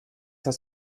das